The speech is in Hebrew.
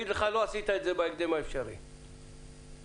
האירועים שבהם יש דליפות, עשרות רבות.